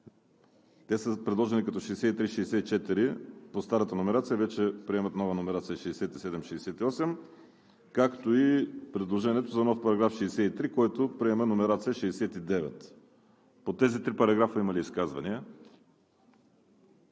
Те са предложени като § 63 и § 64 по старата номерация и приемат нова номерация § 67 и § 68, както и предложението за нов § 63, който приема номерация § 69. По тези три параграфа има ли изказвания?